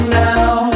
now